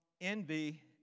envy